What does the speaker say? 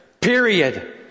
Period